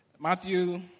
matthew